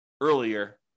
earlier